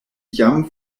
jam